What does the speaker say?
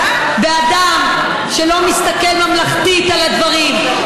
באדם שלא מסתכל ממלכתית על הדברים.